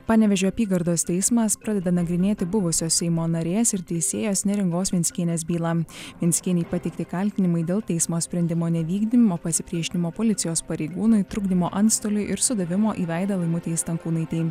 panevėžio apygardos teismas pradeda nagrinėti buvusio seimo narės ir teisėjos neringos venckienės bylą venckienei pateikti kaltinimai dėl teismo sprendimo nevykdymo pasipriešinimo policijos pareigūnui trukdymo antstoliui ir sudavimo į veidą laimutei stankūnaitei